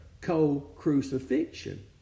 co-crucifixion